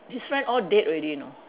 his friend all dead already you know